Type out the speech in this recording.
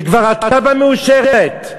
שכבר התב"ע מאושרת,